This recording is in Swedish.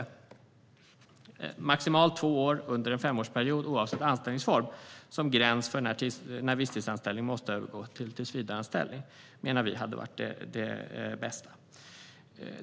Det bästa hade varit maximalt två år under en femårsperiod, oavsett anställningsform, som gräns för när visstidsanställning måste övergå i tillsvidareanställning.